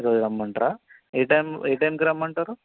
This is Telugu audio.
ఈరోజు రమ్మంటారా ఏ టైమ్ ఏ టైమ్కి రమ్మంటారు